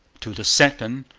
to the second,